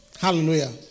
Hallelujah